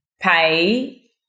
pay